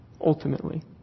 ultimately